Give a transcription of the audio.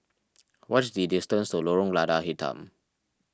what is the distance to Lorong Lada Hitam